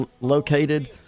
located